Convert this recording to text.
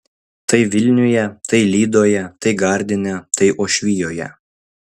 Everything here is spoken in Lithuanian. tai vilniuje tai lydoje tai gardine tai uošvijoje